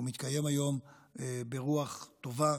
והוא מתקיים היום ברוח טובה,